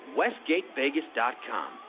westgatevegas.com